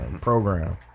program